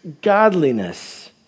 godliness